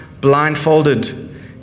blindfolded